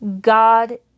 God